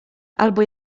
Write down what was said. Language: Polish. albo